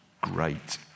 great